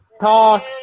talk